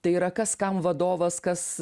tai yra kas kam vadovas kas